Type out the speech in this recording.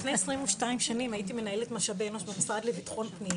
לפני 22 שנים הייתי מנהלת משאבי אנוש במשרד לביטחון פנים